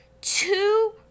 two